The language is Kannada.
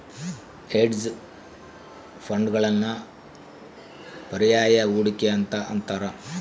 ಹೆಡ್ಜ್ ಫಂಡ್ಗಳನ್ನು ಪರ್ಯಾಯ ಹೂಡಿಕೆ ಅಂತ ಅಂತಾರ